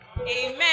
Amen